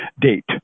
date